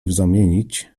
zamienić